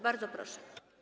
Bardzo proszę.